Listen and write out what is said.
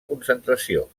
concentració